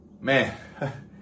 Man